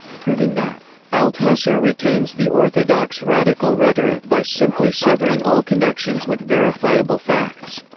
proving that althusser retains the orthodox radical rhetoric by simply severing all connections with verifiable facts.